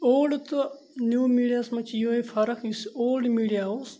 old تہٕ new میٖڈیاہَس منٛز چھِ یِہوٚے فَرق یُس اولڈ میٖڈیا اوس